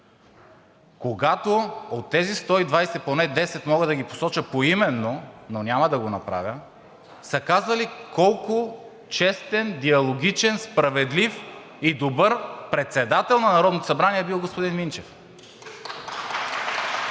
когато от тези 120 поне 10 – мога да ги посоча поименно, но няма да го направя, са казвали колко честен, диалогичен, справедлив и добър председател на Народното събрание бил господин Минчев!